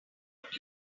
would